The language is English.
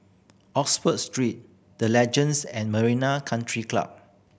Oxford Street The Legends and Marina Country Club